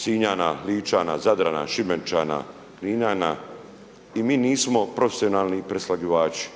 Sinjana, Ličana, Zadrana, Šibenčana, Kninjana i mi nismo profesionalni preslagivači.